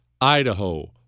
Idaho